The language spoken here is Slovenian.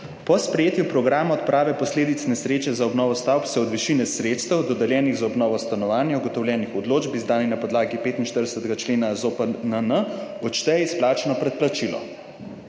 Po sprejetju programa odprave posledic nesreče za obnovo stavb se od višine sredstev, dodeljenih za obnovo stanovanj, ugotovljenih v odločb, izdani na podlagi 45. člena ZOPN-n, odšteje izplačano predplačilo.